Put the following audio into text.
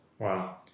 Wow